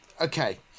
okay